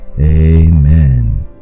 Amen